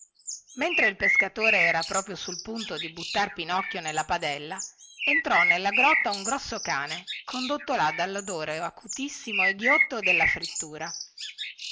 mentre il pescatore era proprio sul punto di buttar pinocchio nella padella entrò nella grotta un grosso cane condotto là dallodore acutissimo e ghiotto della frittura